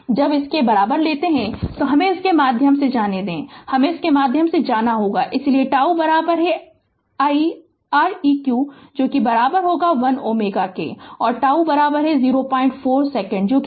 तो जब इसके बराबर लेते हैं तो हमे इसके माध्यम से जाने दो हमे इसके माध्यम से जाने होगा इसलिए τ I R eq 1 Ω और τ 02 सेकेंड बताया